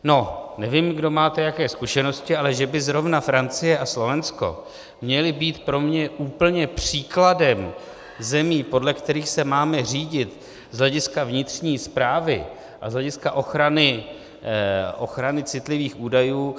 No, nevím, kdo jaké máte zkušenosti, ale že by zrovna Francie a Slovensko měly být pro mě úplně příkladem zemí, podle kterých se máme řídit z hlediska vnitřní správy a z hlediska ochrany citlivých údajů?